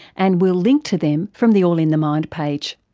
and we'll link to them from the all in the mind page.